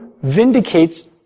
vindicates